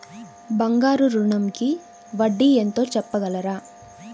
బంగారు ఋణంకి వడ్డీ ఎంతో చెప్పగలరా?